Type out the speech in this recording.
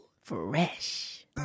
Fresh